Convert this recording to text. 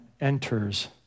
enters